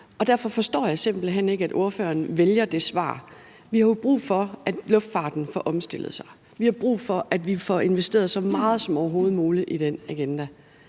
derfor forstår jeg simpelt hen ikke, at ordføreren vælger det svar. Vi har jo brug for, at luftfarten får omstillet sig. Vi har brug for, at vi får investeret så meget som overhovedet muligt i den agenda.